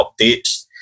updates